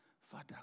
Father